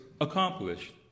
accomplished